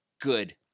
good